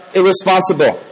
irresponsible